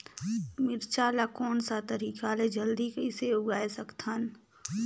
मिरचा ला कोन सा तरीका ले जल्दी कइसे उगाय सकथन?